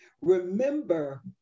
remember